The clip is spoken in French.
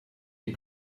les